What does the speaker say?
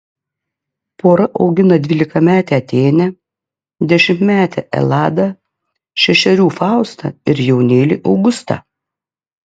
pora augina dvylikametę atėnę dešimtmetę eladą šešerių faustą ir jaunėlį augustą